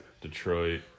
Detroit